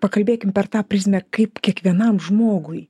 pakalbėkim per tą prizmę kaip kiekvienam žmogui